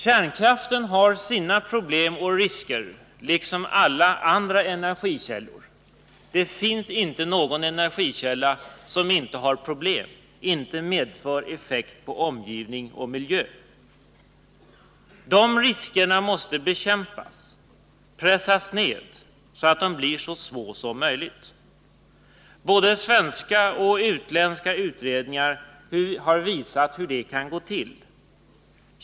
Kärnkraften har sina problem och risker, liksom alla andra energikällor. Det finns inte någon energikälla som inte har problem, inte medför effekt på omgivning och miljö. De riskerna måste bekämpas, pressas ned, så att de blir så små som möjligt. Både svenska och utländska utredningar har visat hur det kan gå till.